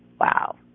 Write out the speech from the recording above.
Wow